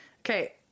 Okay